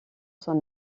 son